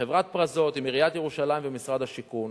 חברת "פרזות" עם עיריית ירושלים ומשרד השיכון,